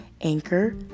Anchor